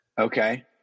Okay